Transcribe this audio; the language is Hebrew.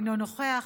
אינו נוכח,